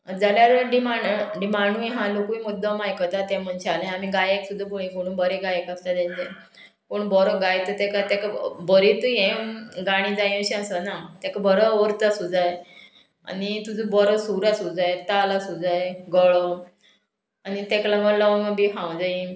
जाल्यार डिमांड डिमांडूय हां लोकूय मुद्दम आयकता तें मनशालें आमी गायक सुद्दां पळय कोणूय बरें गायक आसता तेंचे कोण बरो गायतो तेका तेका बरेंत हें गाणीं जाय अशें आसना तेका बरो अर्थ आसूं जाय आनी तुजो बरो सूर आसूं जाय ताल आसूं जाय गळो आनी तेका लागोन लवंगां बी खावंक जायी